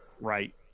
Right